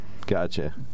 gotcha